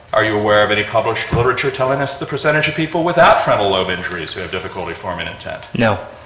are you aware of any published literature telling us the percentage of people without frontal lobe injuries who have difficulty forming intent? no.